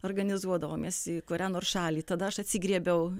organizuodavomės į kurią nors šalį tada aš atsigriebiau